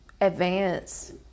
advance